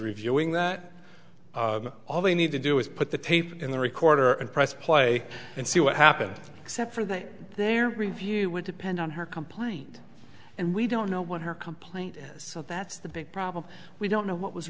reviewing that all they need to do is put the tape in the recorder and press play and see what happened except for that their review would depend on her complaint and we don't know what her complaint is so that's the big problem we don't know what was